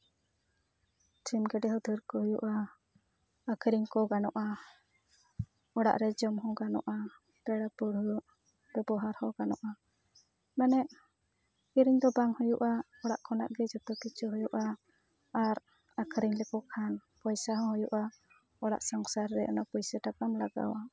ᱥᱤᱢ ᱜᱮᱰᱮ ᱦᱚᱸ ᱫᱷᱮᱨ ᱠᱚ ᱦᱩᱭᱩᱜᱼᱟ ᱟᱹᱠᱷᱨᱤᱧ ᱠᱚ ᱜᱟᱱᱚᱜᱼᱟ ᱚᱲᱟᱜ ᱨᱮ ᱡᱚᱢ ᱦᱚᱸ ᱜᱟᱱᱚᱜᱼᱟ ᱯᱮᱲᱟ ᱯᱟᱹᱲᱦᱟᱹ ᱵᱮᱵᱚᱦᱟᱨ ᱦᱚᱸ ᱜᱟᱱᱚᱜᱼᱟ ᱢᱟᱱᱮ ᱠᱤᱨᱤᱧ ᱫᱚ ᱵᱟᱝ ᱦᱩᱭᱩᱜᱼᱟ ᱚᱲᱜ ᱠᱷᱚᱱ ᱜᱮ ᱟᱨ ᱠᱤ ᱡᱷᱚᱛᱚ ᱠᱤᱪᱷᱩ ᱦᱩᱭᱩᱜᱼᱟ ᱟᱨ ᱟᱹᱠᱷᱨᱤᱧ ᱞᱮᱠᱚ ᱠᱷᱟᱱ ᱯᱚᱭᱥᱟ ᱦᱚᱸ ᱦᱩᱭᱩᱜᱼᱟ ᱚᱲᱟᱜ ᱥᱚᱝᱥᱟᱨ ᱨᱮ ᱚᱱᱟ ᱯᱚᱭᱥᱟ ᱴᱟᱠᱟᱢ ᱞᱟᱜᱟᱣᱟ